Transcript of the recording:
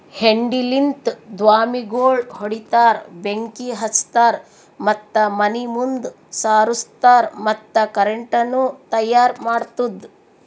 ಹೆಂಡಿಲಿಂತ್ ದ್ವಾಮಿಗೋಳ್ ಹೊಡಿತಾರ್, ಬೆಂಕಿ ಹಚ್ತಾರ್ ಮತ್ತ ಮನಿ ಮುಂದ್ ಸಾರುಸ್ತಾರ್ ಮತ್ತ ಕರೆಂಟನು ತೈಯಾರ್ ಮಾಡ್ತುದ್